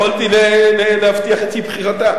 יכולתי להבטיח את בחירתה.